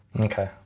Okay